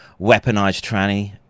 weaponized